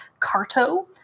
Carto